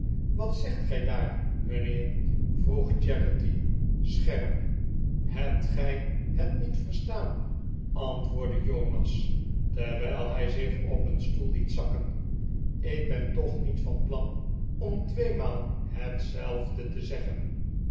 t zegt gij daar mijnheer vroeg charity scherp hebt gij het niet verstaan antwoordde jonas terwijl hij zich op een stoel liet zakken ik ben toch niet van plan om tweemaal hetzelfde te zeggen